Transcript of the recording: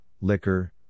liquor